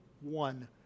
one